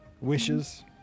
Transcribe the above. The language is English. Wishes